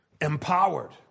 empowered